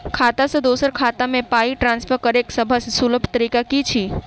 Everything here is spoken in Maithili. खाता सँ दोसर खाता मे पाई ट्रान्सफर करैक सभसँ सुलभ तरीका की छी?